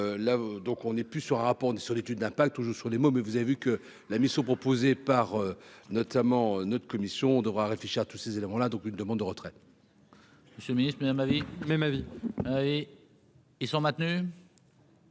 donc on est plus sur un rapport sur l'étude d'impact ou joue sur les mots, mais vous avez vu que la mission proposée par notamment notre commission devra réfléchir à tous ces éléments-là donc une demande de retraite. Monsieur le Ministre Mesdames, ma vie, mais ma vie